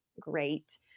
great